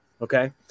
okay